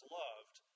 loved